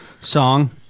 song